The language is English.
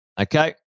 Okay